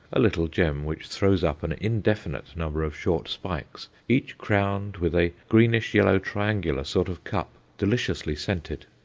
a little gem, which throws up an indefinite number of short spikes, each crowned with a greenish yellow triangular sort of cup, deliciously scented.